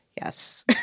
yes